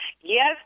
Yes